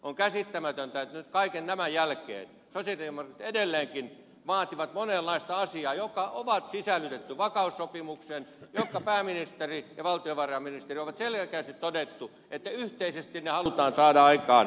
on käsittämätöntä että nyt kaiken tämän jälkeen sosialidemokraatit edelleenkin vaativat monenlaista asiaa jotka on sisällytetty vakaussopimukseen ja joista pääministeri ja valtiovarainministeri ovat selkeästi todenneet että yhteisesti ne halutaan saada aikaan